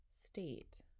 state